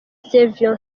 savio